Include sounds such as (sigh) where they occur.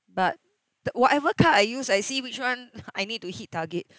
but th~ whatever car I use I see which one (laughs) I need to hit target